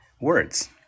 words